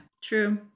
true